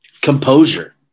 composure